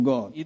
God